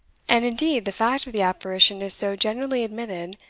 and indeed the fact of the apparition is so generally admitted,